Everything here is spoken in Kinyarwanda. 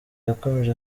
yakomeje